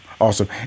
Awesome